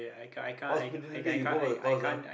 hospitality you go for the course ah